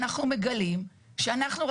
ואנחנו מגלים שאנחנו,